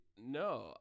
No